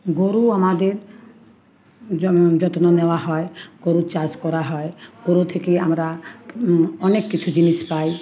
গরু আমাদের যত্ন নেওয়া হয় গরুর চাষ করা হয় গরু থেকে আমরা অনেক কিছু জিনিস পাই